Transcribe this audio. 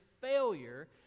failure